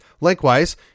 Likewise